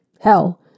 Hell